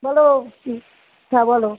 বলো হ্যাঁ বলো